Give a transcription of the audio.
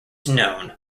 known